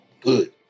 Good